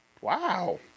Wow